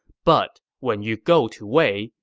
but when you go to wei,